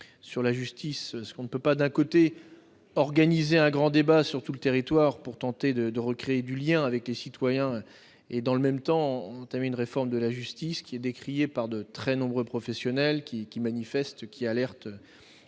sur la justice. On ne peut pas, d'un côté, organiser un grand débat sur tout le territoire pour tenter de recréer du lien avec les citoyens et, dans le même temps, entamer une réforme de la justice, décriée par de très nombreux professionnels qui manifestent et alertent